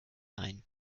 ein